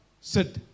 sit